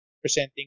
presenting